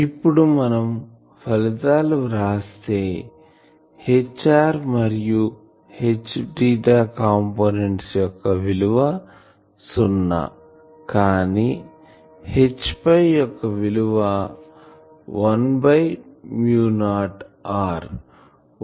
ఇప్పుడు మనం ఫలితాలు వ్రాస్తే Hr మరియు Hθ కాంపోనెంట్స్ యొక్క విలువ సున్నా కానీ Hϕ యొక్క విలువ 1 బై మ్యూ నాట్ r